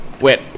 Wait